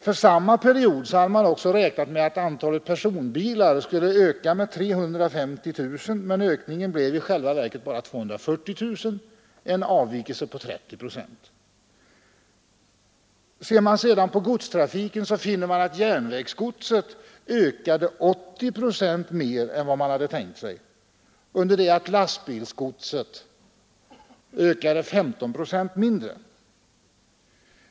För samma period hade man räknat med att antalet personbilar skulle öka med 350 000, men ökningen blev i stället bara 240 000, alltså en avvikelse på 30 procent. Ser man på godstrafiken, finner man att mängden järnvägsgods blev 80 procent mer än man hade tänkt sig under det att siffran för lastbilsgodset blev 15 procent mindre.